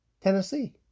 Tennessee